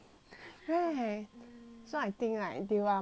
so I think like they are much more weaker